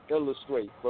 Illustrate